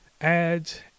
ads